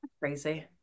Crazy